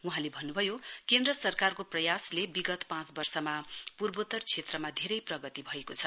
वहाँले भन्नुभयो केन्द्र सरकारको प्रयासले विगत पाँच वर्षमा पूर्वोत्तर क्षेत्रमा धेरै प्रगति भएको छ